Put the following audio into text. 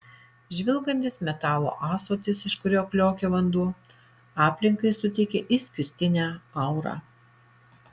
žvilgantis metalo ąsotis iš kurio kliokia vanduo aplinkai suteikia išskirtinę aurą